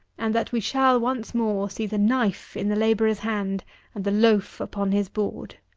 and that we shall, once more, see the knife in the labourer's hand and the loaf upon his board.